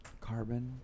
carbon